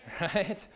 Right